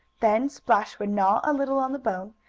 then splash would gnaw a little on the bone,